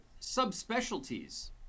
subspecialties